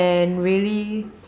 and really